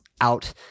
out